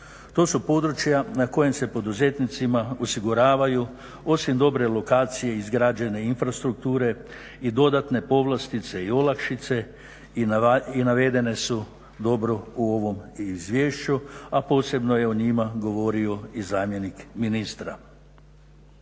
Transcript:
To su područja na kojima se poduzetnicima osiguravaju osim dobre lokacije i izgrađene infrastrukture i dodatne povlastice i olakšice i navedene su dobro u ovom Izvješću, a posebno je o njima govorio i zamjenik ministra.